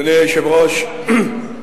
אדוני היושב-ראש,